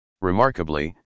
Remarkably